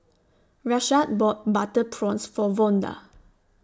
Rashad bought Butter Prawns For Vonda